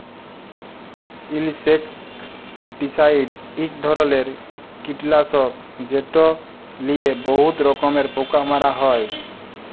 insecticide ইক ধরলের কিটলাসক যেট লিয়ে বহুত রকমের পোকা মারা হ্যয়